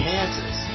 Kansas